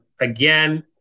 Again